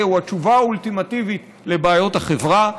הוא התשובה האולטימטיבית לבעיות החברה.